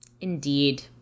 Indeed